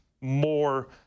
more—